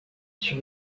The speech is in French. sur